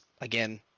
again